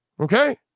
Okay